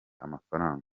amafaranga